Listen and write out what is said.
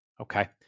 okay